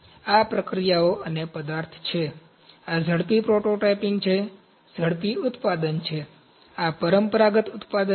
આ પ્રક્રિયાઓ અને પદાર્થ છે આ ઝડપી પ્રોટોટાઇપિંગ છે ઝડપી ઉત્પાદન છે આ પરંપરાગત ઉત્પાદન છે